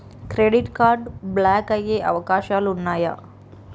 Credit card block అయ్యే అవకాశాలు ఉన్నయా?